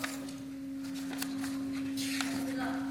אני מתכבד להציג בפניכם את הצעת חוק הטיס (תיקון מס' 3),